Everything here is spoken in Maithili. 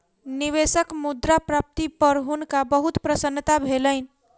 निवेशक मुद्रा प्राप्ति पर हुनका बहुत प्रसन्नता भेलैन